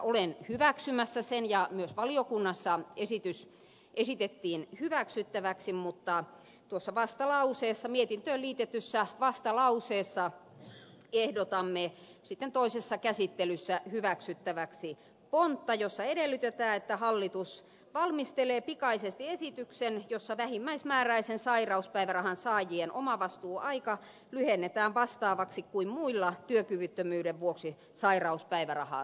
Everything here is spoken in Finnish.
olen hyväksymässä tämän esityksen ja myös valiokunnassa esitys esitettiin hyväksyttäväksi mutta tuossa mietintöön liitetyssä vastalauseessa ehdotamme sitten toisessa käsittelyssä hyväksyttäväksi pontta jossa edellytetään että hallitus valmistelee pikaisesti esityksen jossa vähimmäismääräisen sairauspäivärahan saajien omavastuuaika lyhennetään vastaavaksi kuin muilla työkyvyttömyyden vuoksi sairauspäivärahaa saavilla